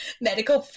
medical